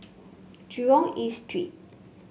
Jurong East Street